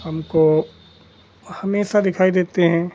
हमको हमेशा दिखाई देते हैं